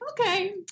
okay